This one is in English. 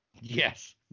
Yes